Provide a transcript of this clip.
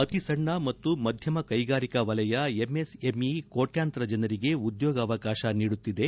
ಅತಿಸಣ್ಣ ಮತ್ತು ಮಧ್ಯಮ ಕೈಗಾರಿಕಾ ವಲಯ ಎಂಎಸ್ಎಂಇ ಕೋಟ್ಯಾಂತರ ಜನರಿಗೆ ಉದ್ದೋಗಾವಕಾಶ ನೀಡುತ್ತಿದೆ